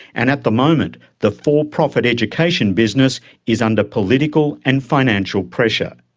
and at the moment the for-profit education business is under political and financial pressure.